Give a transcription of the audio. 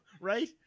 Right